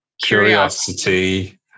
curiosity